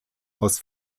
aus